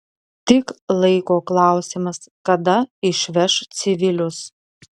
tik laiko klausimas kada išveš civilius